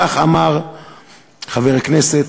כך אמר חבר הכנסת,